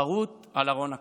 חרוט על ארון הקודש.